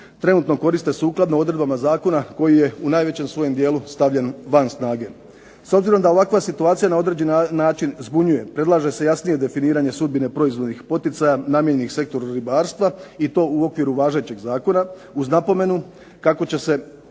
trenutno koriste sukladno odredbama Zakona koji je u najvećem svojem dijelu stavljen van snage. S obzirom da ovakva situacija na određen način zbunjuje, predlaže se jasnije definiranje sudbine proizvodnih poticaja namijenjenih sektoru ribarstva i to u okviru važećeg zakona uz napomenu kako će se